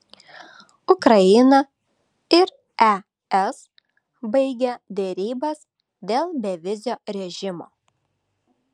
ukraina ir es baigė derybas dėl bevizio režimo